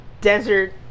desert